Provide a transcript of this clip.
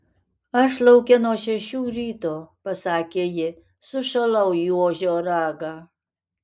aš lauke nuo šešių ryto pasakė ji sušalau į ožio ragą